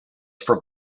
for